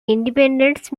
independence